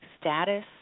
status